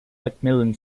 mcmillan